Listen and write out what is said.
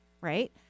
right